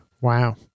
Wow